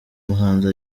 muhanzi